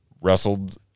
wrestled